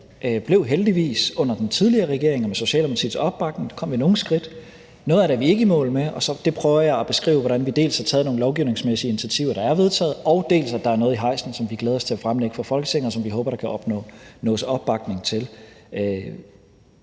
Noget af det kom den tidligere regering med Socialdemokratiets opbakning heldigvis nogle skridt med, noget af det er vi ikke i mål med, og i forhold til det prøver jeg at beskrive, hvordan vi dels har taget nogle lovgivningsmæssige initiativer, der er vedtaget, og dels at der er noget i hejsen, som vi glæder os til at fremlægge for Folketinget, og som vi håber der kan opnås opbakning til.